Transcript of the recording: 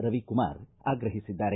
ರವಿಕುಮಾರ ಆಗ್ರಹಿಸಿದ್ದಾರೆ